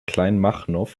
kleinmachnow